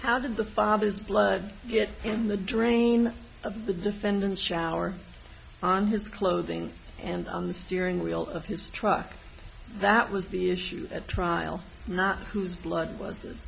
how did the father's blood get in the drain of the defendant's shower on his clothing and on the steering wheel of his truck that was the issue at trial not whose blood was